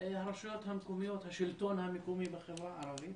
הרשויות המקומיות, השלטון המקומי, בחברה הערבית.